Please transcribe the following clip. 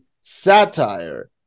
satire